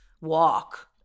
walk